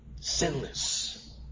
sinless